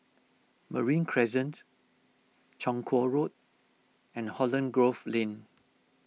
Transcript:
Marine Crescent Chong Kuo Road and Holland Grove Lane